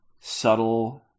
subtle